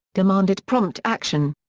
demanded prompt action.